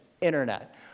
Internet